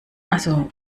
also